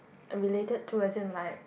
uh related to as in like